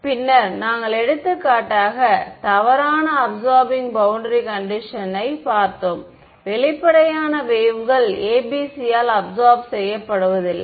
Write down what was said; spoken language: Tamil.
பின்னர் நாங்கள் எடுத்துக்காட்டாக தவறான அபிசார்பிங் பௌண்டரி கண்டிஷன்ஸ் யை பார்த்தோம் வெளிப்படையான வேவ்கள் ABC ஆல் அபிசார்ப் செய்யப்படுவதில்லை